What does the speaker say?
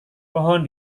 pohon